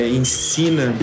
ensina